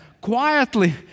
quietly